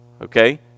okay